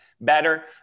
better